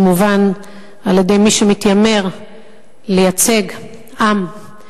כמובן על-ידי מי שמתיימר לייצג עם.